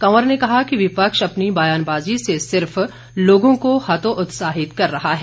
कंवर ने कहा कि विपक्ष अपनी बयानबाजी से सिर्फ लोगों को हतोत्साहित कर रहा है